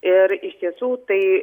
ir iš tiesų tai